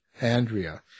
Andrea